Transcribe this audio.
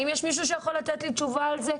האם יש מישהו שיכול לתת לי תשובה על זה?